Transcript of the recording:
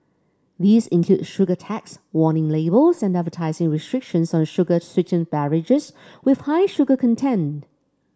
these include sugar tax warning labels and advertising restrictions on sugar sweetened beverages with high sugar content